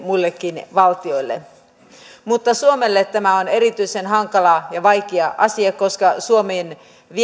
muillekin valtioille mutta suomelle tämä on erityisen hankala ja vaikea asia koska suomen